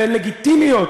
והן לגיטימיות